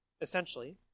Essentially